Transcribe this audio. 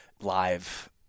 live